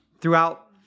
throughout